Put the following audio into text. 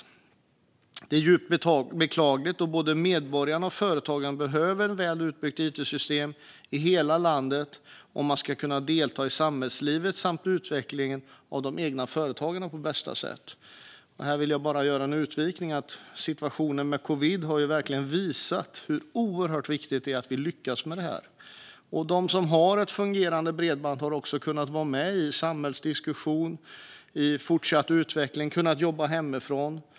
Detta är djupt beklagligt då både medborgare och företag behöver ett väl utbyggt it-system i hela landet om man ska kunna delta i samhällslivet samt utveckla de egna företagen på bästa sätt. Här vill jag göra en utvikning om att situationen med covid-19 verkligen har visat hur oerhört viktigt det är att vi lyckas med detta. De som har ett fungerande bredband har också kunnat vara med i samhällsdiskussioner, kunnat vara med i den fortsatta utvecklingen och kunnat jobba hemifrån.